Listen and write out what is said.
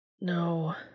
No